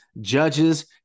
judges